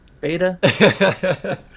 beta